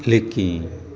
लेकिन